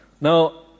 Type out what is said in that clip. Now